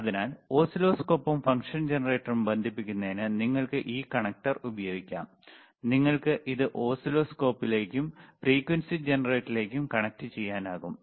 അതിനാൽ ഓസിലോസ്കോപ്പും ഫംഗ്ഷൻ ജനറേറ്ററും ബന്ധിപ്പിക്കുന്നതിന് നിങ്ങൾക്ക് ഈ കണക്റ്റർ ഉപയോഗിക്കാം നിങ്ങൾക്ക് ഇത് ഓസിലോസ്കോപ്പിലേക്കും ഫ്രീക്വൻസി ജനറേറ്ററിലേക്കും കണക്റ്റുചെയ്യാനാകും